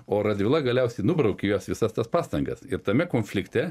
o radvila galiausiai nubraukė jos visas tas pastangas ir tame konflikte